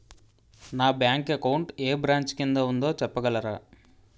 నా bank account ఏ branch కిందా ఉందో చెప్పగలరా?